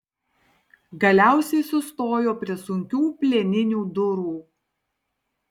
galiausiai sustojo prie sunkių plieninių durų